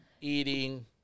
eating